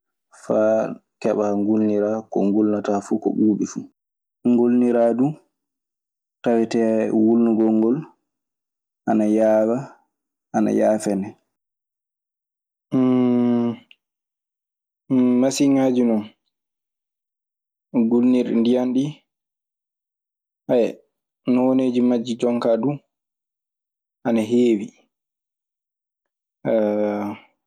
Faa keɓaa ngulniraa ko ngulnataafuu, ko ɓuuɓi fuu. Ngulniraa du tawetee wulnugol ngol ana yaawa, ana yaafa ne. Masiŋaaji non, gollirɗe ndiyan ɗii nooneeji majji jonkaa du ana heewi.